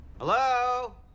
Hello